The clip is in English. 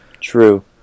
true